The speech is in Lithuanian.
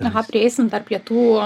aha prieisim dar prie tų